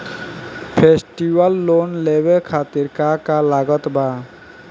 Festival loan लेवे खातिर का का लागत बा?